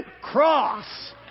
cross